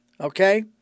Okay